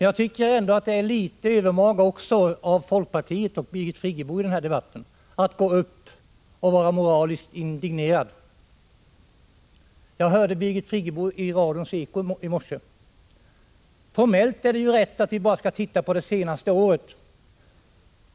Jag tycker det är litet övermaga också av folkpartiets företrädare, Birgit Friggebo, att gå upp och vara moraliskt indignerad i den här debatten. Jag hörde Birgit Friggebo i radions Eko i morse. Formellt är det rätt att konstitutionsutskottets granskning bara skall omfatta vad som har hänt det senaste året.